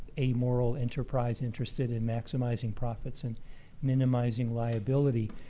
amoral enterprise interested in maximizing profits and minimizing liability.